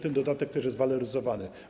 Ten dodatek też jest waloryzowany.